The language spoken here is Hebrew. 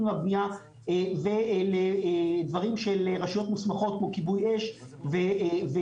והבנייה ודברים של רשויות מוסמכות כמו כיבוי אש והג"א.